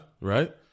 Right